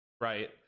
right